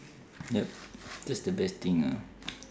yup that's the best thing ah